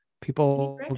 people